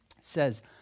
says